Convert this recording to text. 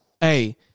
hey